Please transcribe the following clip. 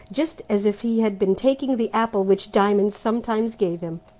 just as if he had been taking the apple which diamond sometimes gave him.